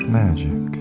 magic